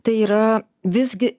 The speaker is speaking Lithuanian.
tai yra visgi